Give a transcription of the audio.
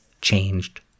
changed